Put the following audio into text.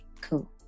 cool